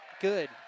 good